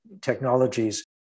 technologies